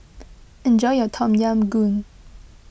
enjoy your Tom Yam Goong